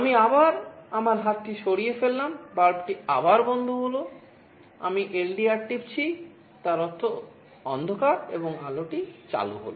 আমি আবার আমার হাতটি সরিয়ে ফেললাম বাল্বটি আবার বন্ধ হল আমি এলডিআর টিপছি তার অর্থ অন্ধকার এবং আলোটি চালু হল